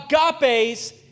agape's